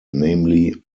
namely